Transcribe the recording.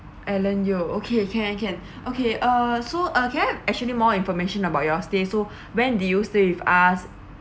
alan yeo okay can can okay uh so uh can I have actually more information about your stay so when did you stay with us